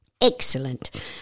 Excellent